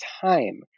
time